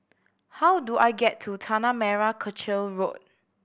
how do I get to Tanah Merah Kechil Road